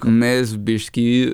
nes biškį